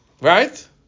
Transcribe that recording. Right